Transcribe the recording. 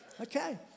okay